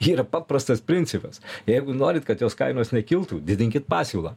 yra paprastas principas jeigu norit kad jos kainos nekiltų didinkit pasiūlą